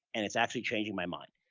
and it's actually changing my mind.